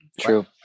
True